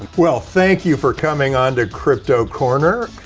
well, thank you for coming onto crypto corner.